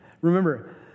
Remember